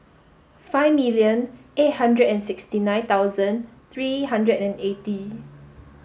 five million eight hundred and sixty nine thousand three hundred and eighty